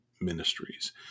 ministries